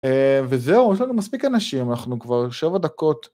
וזהו, יש לנו מספיק אנשים, אנחנו כבר שבע דקות.